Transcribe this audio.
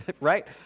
right